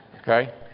Okay